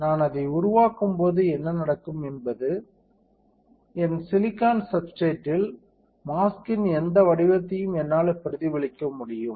நான் அதை உருவாக்கும்போது என்ன நடக்கும் என்பது என் சிலிக்கான் சப்ஸ்டிரேட்றில் மாஸ்க்கின் எந்த வடிவத்தையும் என்னால் பிரதிபலிக்க முடியும்